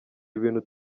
ibintu